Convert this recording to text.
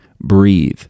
breathe